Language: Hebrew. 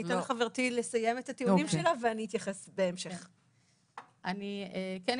אני אתן לחברתי לסיים את הטיעונים שלה,